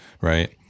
Right